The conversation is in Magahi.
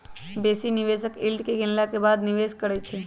बेशी निवेशक यील्ड के गिनला के बादे निवेश करइ छै